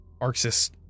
Arxis